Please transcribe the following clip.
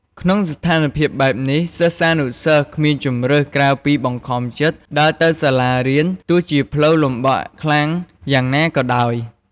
ក្នុងស្ថានភាពបែបនេះ សិស្សានុសិស្សគ្មានជម្រើសក្រៅពីបង្ខំចិត្តដើរទៅសាលារៀនទោះជាផ្លូវលំបាកខ្លាំងយ៉ាងណាក៏ដោយ។